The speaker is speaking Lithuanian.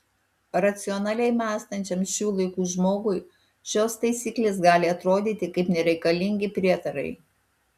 racionaliai mąstančiam šių laikų žmogui šios taisyklės gali atrodyti kaip nereikalingi prietarai